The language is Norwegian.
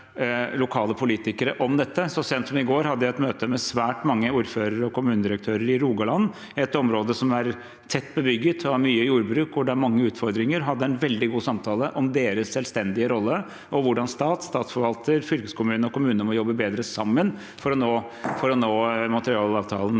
lokale politikere om dette. Så sent som i går hadde jeg et møte med svært mange ordførere og kommunedirektører i Rogaland, et område som er tett bebygget og har mye jordbruk, hvor det er mange utfordringer. Vi hadde en veldig god samtale om deres selvstendige rolle og hvordan stat, statsforvalter, fylkeskommune og kommune må jobbe bedre sammen for å nå Montrealavtalen.